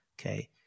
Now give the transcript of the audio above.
okay